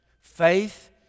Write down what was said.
Faith